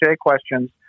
questions